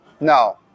No